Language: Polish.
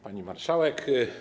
Pani Marszałek!